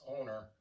owner